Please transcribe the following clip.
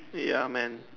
ya man